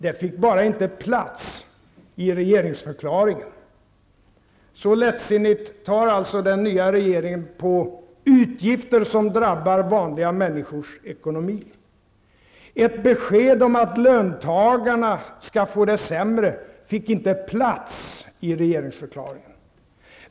Det fick bara inte plats i regeringsförklaringen. Så lättsinnigt tar alltså den nya regeringen på utgifter som drabbar vanliga människors ekonomi. Ett besked om att löntagarna skall få det sämre fick inte plats i regeringsförklaringen.